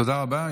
תודה רבה.